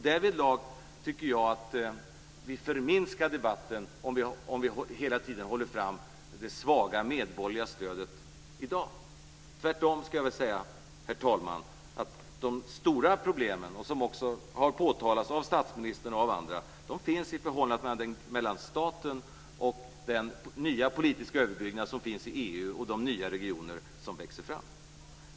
Därvidlag tycker jag att vi förminskar debatten om vi hela tiden håller fram det svaga medborgerliga stödet i dag. Tvärtom skulle jag vilja säga, herr talman, att de stora problemen, som också har påtalats av statsministern och andra, finns i förhållandena mellan staten och den nya politiska överbyggnad som finns i EU och de nya regioner som växer fram.